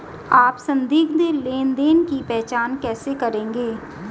आप संदिग्ध लेनदेन की पहचान कैसे करेंगे?